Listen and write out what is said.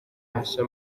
mashya